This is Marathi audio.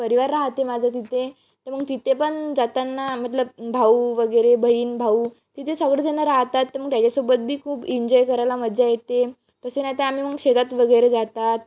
परिवार राहते माझं तिथे तर मग तिथे पण जाताना मतलब भाऊ वगैरे बहीण भाऊ तिथे सगळेजण राहतात तर मग त्याच्यासोबतही खूप इंजॉय करायला मजा येते तसे नाही तर आम्ही मग शेतात वगैरे जातात